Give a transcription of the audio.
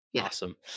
Awesome